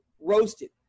ROASTED